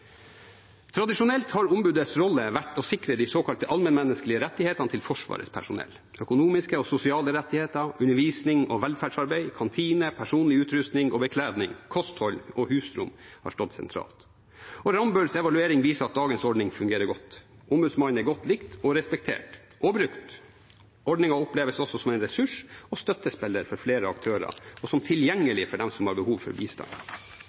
Tradisjonelt har ombudets rolle vært å sikre de såkalte allmennmenneskelige rettighetene til Forsvarets personell. Økonomiske og sosiale rettigheter, undervisning og velferdsarbeid, kantine, personlig utrustning og bekledning, kosthold og husrom har stått sentralt. Rambølls evaluering viser at dagens ordning fungerer godt. Ombudsmannen er godt likt og respektert – og brukt. Ordningen oppleves også som en ressurs og støttespiller for flere aktører og som tilgjengelig for dem som har behov for bistand.